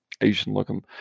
Asian-looking